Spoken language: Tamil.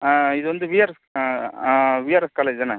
இது வந்து விஆர்எஸ் விஆர்எஸ் காலேஜ் தானே